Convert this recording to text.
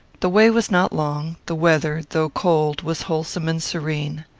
the way was not long the weather, though cold, was wholesome and serene.